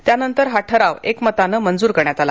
त्यानंतर हा ठराव एकमतानं मंजूर करण्यात आला